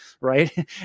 right